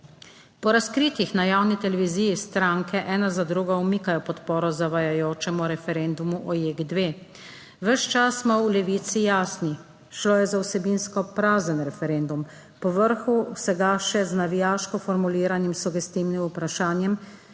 Po razkritjih na javni televiziji stranke ena za drugo umikajo podporo zavajajočemu referendumu o JEK2. Ves čas smo v Levici jasni, šlo je za vsebinsko prazen referendum, po vrhu vsega še z navijaško formuliranim sugestivnim vprašanjem,